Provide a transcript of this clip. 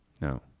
No